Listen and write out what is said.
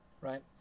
right